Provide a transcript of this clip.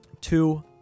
two